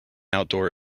outdoor